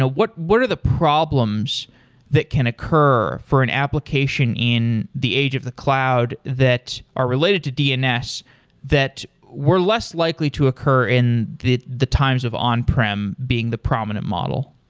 what what are the problems that can occur for an application in the age of the cloud that are related to dns that were less likely to occur in the the times of on-prem being the prominent model?